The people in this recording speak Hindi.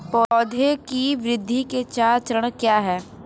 पौधे की वृद्धि के चार चरण क्या हैं?